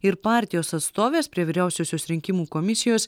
ir partijos atstovės prie vyriausiosios rinkimų komisijos